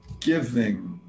giving